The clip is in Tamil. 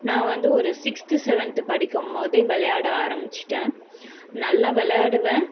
நான் வந்து ஒரு சிக்ஸ்த்து செவன்த்து படிக்கும் போதே விளையாட ஆரம்பிச்சுட்டேன் நல்லா விளையாடுவேன்